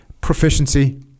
Proficiency